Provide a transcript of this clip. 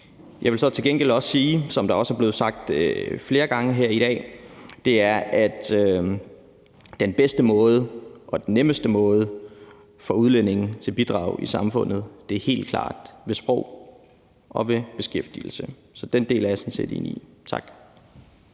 Jeg vil til gengæld også sige, som det også er blevet sagt flere gange her i dag, at den bedste måde og den nemmeste måde at få udlændinge til at bidrage til samfundet på helt klart er ved sprog og beskæftigelse. Så den del er jeg sådan set enig i. Tak.